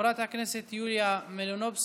חברת הכנסת יוליה מלינובסקי,